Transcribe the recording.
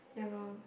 yeah loh